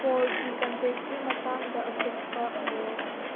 ꯄꯣꯜꯒꯤ ꯀꯟꯇꯦꯛꯀꯤ ꯃꯇꯥꯡꯗ ꯑꯀꯨꯞꯄ ꯃꯔꯣꯜ